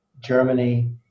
Germany